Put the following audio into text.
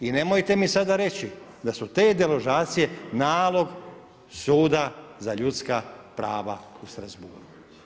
I nemojte mi sada reći da su te deložacije nalog suda za ljudska prava u Strasbourgu.